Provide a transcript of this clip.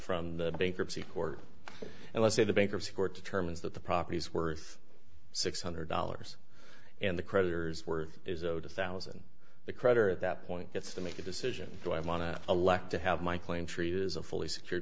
from the bankruptcy court and let's say the bankruptcy court determines that the property is worth six hundred dollars and the creditors worth is owed a thousand the creditor at that point gets to make a decision do i want to elect to have my claim tree is a fully secure